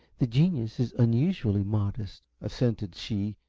the genius is unusually modest, assented she,